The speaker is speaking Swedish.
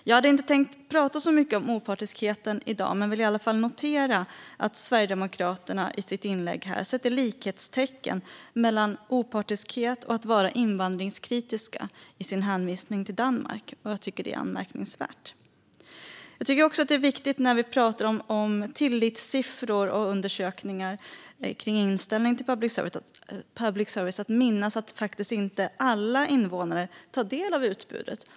Jag hade inte tänkt prata så mycket om opartiskheten i dag, men jag vill i alla fall notera att Sverigedemokraterna i sitt inlägg här i dag sätter likhetstecken mellan opartiskhet och att vara invandringskritisk i sin hänvisning till Danmark. Jag tycker att det är anmärkningsvärt. När vi pratar om tillitssiffror och undersökningar om inställning till public service tycker jag att det är viktigt att minnas att alla invånare faktiskt inte tar del av utbudet.